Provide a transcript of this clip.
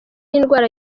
y’indwara